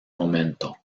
momento